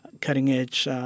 cutting-edge